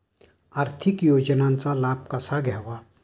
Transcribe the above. आर्थिक योजनांचा लाभ कसा घ्यावा?